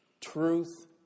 Truth